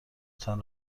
تان